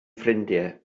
ffrindiau